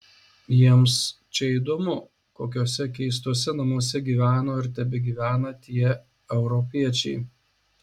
jiems čia įdomu kokiuose keistuose namuose gyveno ir tebegyvena tie europiečiai